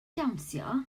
dawnsio